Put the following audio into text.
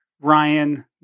Ryan